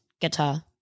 guitar